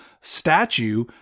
statue